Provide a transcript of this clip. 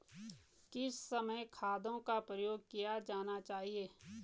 किस समय खादों का प्रयोग किया जाना चाहिए?